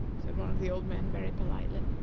said one of the old men very politely,